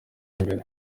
imbere